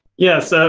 yes, so